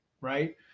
Right